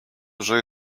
уже